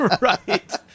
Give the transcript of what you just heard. Right